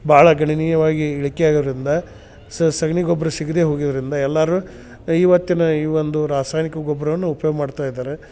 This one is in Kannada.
ಭಾಳ ಗಣನೀಯವಾಗಿ ಇಳಿಕೆ ಆಗಿರೋದರಿಂದ ಸಗಣಿ ಗೊಬ್ಬರ ಸಿಗದೆ ಹೋಗಿರೋದರಿಂದ ಎಲ್ಲಾರು ಇವತ್ತಿನ ಈ ಒಂದು ರಾಸಾಯನಿಕ ಗೊಬ್ಬರವನ್ನು ಉಪ್ಯೋಗ ಮಾಡ್ತಾ ಇದ್ದಾರೆ